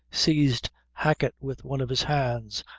seized hacket with one of his hands,